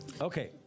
okay